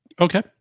Okay